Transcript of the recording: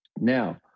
Now